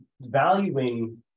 valuing